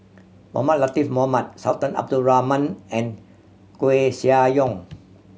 Mohamed Latiff Mohamed Sultan Abdul Rahman and Koeh Sia Yong